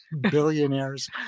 billionaires